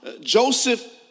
Joseph